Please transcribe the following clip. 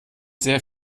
sehr